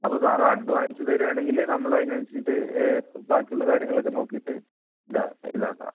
അപ്പോൾ sir advance തരുവാണെങ്കില് നമ്മളതിന് വേണ്ടീട്ട് ബാക്കിയുള്ള കാര്യങ്ങളൊക്കെ നോക്കിയിട്ട് ഇതാ ഇതാക്കാം